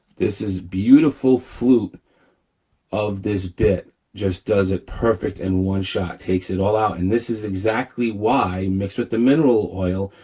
this is beautiful flute of this bit, just does it perfect in one-shot, takes it all out. and this is exactly why mixed with the mineral oil,